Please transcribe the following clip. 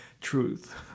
truth